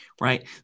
right